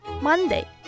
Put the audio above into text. Monday